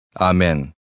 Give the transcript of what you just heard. Amen